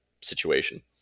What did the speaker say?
situation